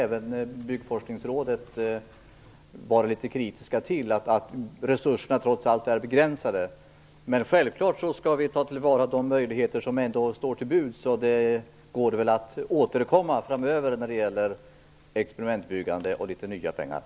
Även Byggforskningsrådet varit kritiskt till att resurserna trots allt är begränsade. Men självfallet skall vi ta till vara de möjligheter som ändå står till buds. Det går väl att återkomma framöver när det gäller nya pengar till experimentbyggande.